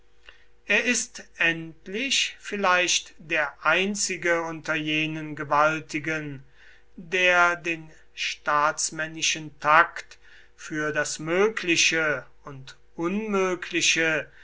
er ist endlich vielleicht der einzige unter jenen gewaltigen der den staatsmännischen takt für das mögliche und unmögliche